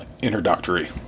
introductory